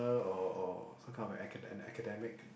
or or some kind of a an academic